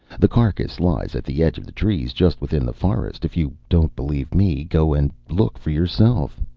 the carcass lies at the edge of the trees, just within the forest. if you don't believe me, go and look for yourself.